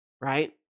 right